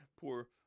poor